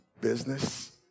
business